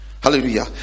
Hallelujah